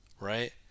right